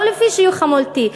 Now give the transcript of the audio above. לא לפי שיוך חמולתי,